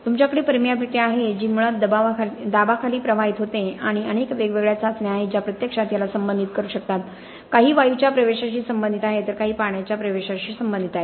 तुमच्याकडे परमियाबीलिटी आहे जी मुळात दाबाखाली प्रवाहित होते आणि अनेक वेगवेगळ्या चाचण्या आहेत ज्या प्रत्यक्षात याला संबोधित करू शकतात काही वायूच्या प्रवेशाशी संबंधित आहेत तर काही पाण्याच्या प्रवेशाशी संबंधित आहेत